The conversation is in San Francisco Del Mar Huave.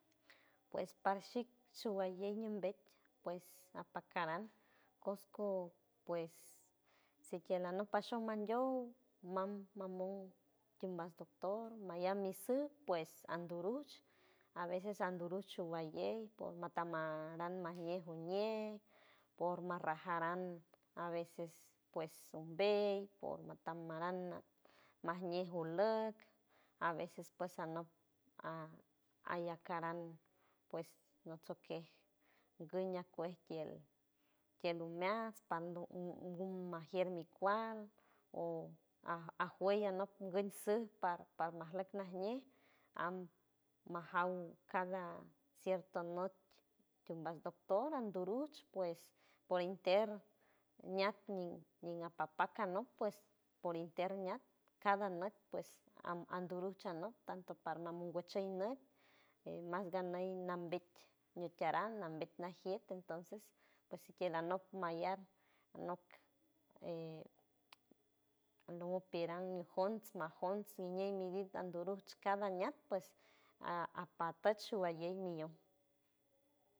Pues parshik showalley ñumbet apacaran cosco pues si kiej anok pashom mandiow mam mamon timbas doctor mayam mi suj pues andoruch a veces andoruj por showalley matam má aran majñe oñej por marrajaran a veces pues ombey por matam maran najñe oleck a veces pues anok a- allacaran pues notxokej guñ ñakuej tiel tiel umeajts pando gu- gumajier mi kual o a- ajüey anok günsuj par- parmajleck najñe am majaw cada cierto nüt kenbas doctor onduruch pues por inter ñat ñiapapac anok pues por inter ñat cada nüt pues an- andoruj chanock tanto parmamon güechey nüt mas ganey nambet nüt tieran nambet najiet entonces ps si quiera anok mayar anok piran mi jonch ma jonch miñey mi vid andoruch cada ñat pues apatuch showalley mi yot.